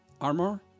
armor